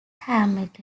hamlet